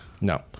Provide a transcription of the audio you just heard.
No